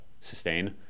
sustain